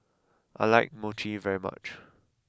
I like Mochi very much